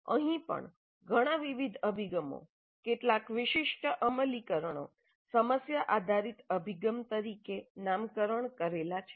અહીં પણ ઘણાં વિવિધ અભિગમો કેટલાક વિશિષ્ટ અમલીકરણો સમસ્યા આધારિત અભિગમ તરીકે નામકરણ કરેલા છે